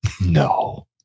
No